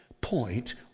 point